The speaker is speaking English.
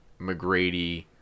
McGrady